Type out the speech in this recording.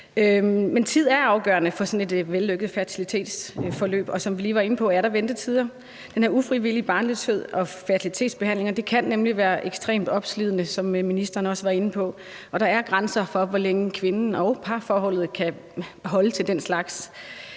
Men tiden er også afgørende for sådan et vellykket fertilitetsforløb, og som vi lige var inde på, er der ventetider. Den her ufrivillige barnløshed og fertilitetsbehandlingerne kan nemlig være ekstremt opslidende, som ministeren også var inde på, og der er grænser for, hvor længe kvinden og parforholdet kan holde til den slags.